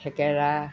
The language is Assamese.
থেকেৰা